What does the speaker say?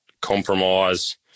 compromise